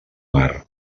mar